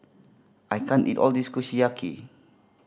I can't eat all of this Kushiyaki